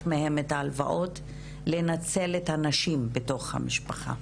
מהם את ההלוואות לנצל את הנשים בתוך המשפחה.